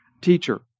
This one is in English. teacher